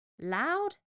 loud